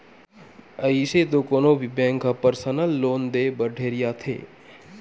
अइसे तो कोनो भी बेंक ह परसनल लोन देय बर ढेरियाथे